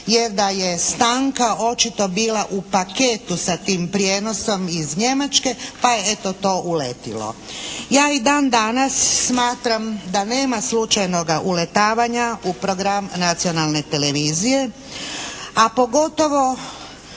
jer da je stanka očito bila u paketu sa tim prijenosom iz Njemačke pa je eto to uletilo. Ja i dan danas smatram da nema slučajnoga uletavanja u program nacionalne televizije, a pogotovo